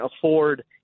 afford